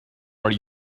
are